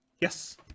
Yes